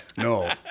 No